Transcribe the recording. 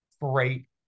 great